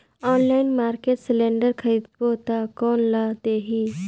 Online market cylinder खरीदबो ता कोन ला देही?